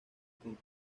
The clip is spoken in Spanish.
con